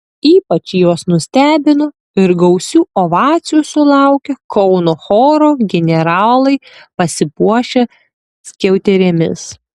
ypač juos nustebino ir gausių ovacijų sulaukė kauno choro generolai pasipuošę skiauterėmis